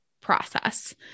process